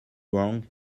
wrong